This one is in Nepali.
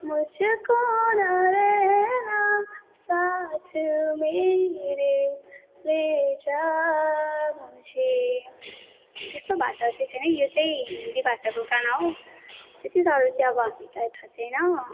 त्यस्तो भाषा चाहिँ छैन यो चाहिँ हिन्दी भाषाको गाना हो त्यत्ति साह्रो चाहिँ अब हामीलाई थाहा छैन